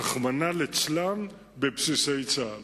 רחמנא ליצלן, בבסיסי צה"ל.